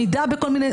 עמידה בכל מיני?